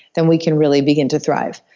then we can really begin to thrive.